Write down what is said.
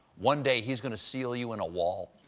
one day, he's going to seal you in a wall.